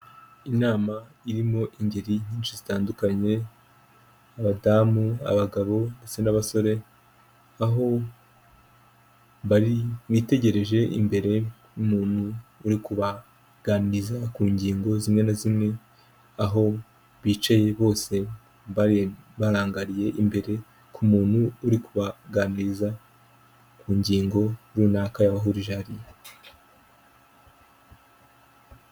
Inama irimo ingeri nyinshi zitandukanye, abadamu, abagabo ndetse n'abasore, aho bari mwitegereje imbere y'umuntu uri kubaganiriza ku ngingo zimwe na zimwe, aho bicaye bose barangariye imbere ku muntu uri kubaganiriza ku ngingo runaka yabahurije hariya.